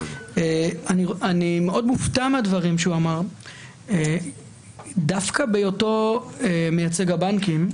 אני מאוד מופתע מהדברים שהוא אמר דווקא מהיותו מייצג הבנקים,